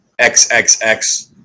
XXX